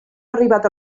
arribat